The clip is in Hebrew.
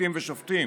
פרקליטים ושופטים?